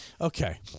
Okay